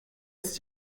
ist